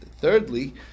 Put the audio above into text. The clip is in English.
thirdly